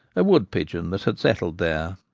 a wood-pigeon that had settled there.